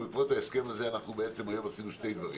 ובעקבות ההסכם הזה אנחנו בעצם היום עשינו שני דברים